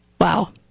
Wow